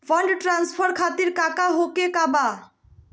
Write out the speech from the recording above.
Fund transfer खातिर काका होखे का बा?